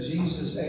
Jesus